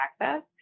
access